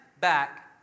back